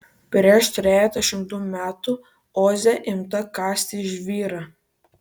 prieš trejetą šimtų metų oze imta kasti žvyrą